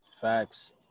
Facts